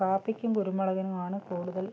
കാപ്പിക്കും കുരുമുളകിനുമാണു കൂടുതൽ